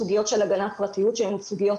סוגיות של הגנה על פרטיות שהן סוגיות